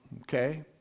okay